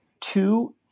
two